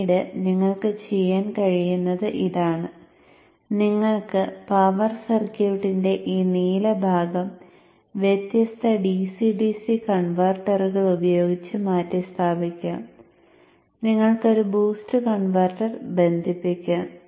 പിന്നീട് നിങ്ങൾക്ക് ചെയ്യാൻ കഴിയുന്നത് ഇതാണ് നിങ്ങൾക്ക് പവർ സർക്യൂട്ടിന്റെ ഈ നീല ഭാഗം വ്യത്യസ്ത DC DC കൺവെർട്ടറുകൾ ഉപയോഗിച്ച് മാറ്റിസ്ഥാപിക്കാം നിങ്ങൾക്ക് ഒരു ബൂസ്റ്റ് കൺവെർട്ടർ ബന്ധിപ്പിക്കാം